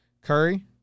Curry